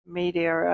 media